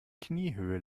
kniehöhe